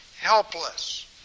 helpless